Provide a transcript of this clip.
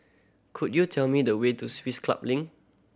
could you tell me the way to Swiss Club Link